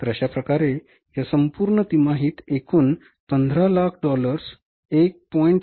तर अशाप्रकारे या संपूर्ण तिमाहीत एकूण 1500000 डॉलर्स 1